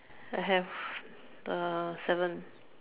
I have uh seven